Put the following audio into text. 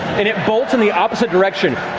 it it bolts in the opposite direction